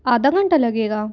आधा घंटा लगेगा